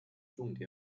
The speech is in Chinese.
重点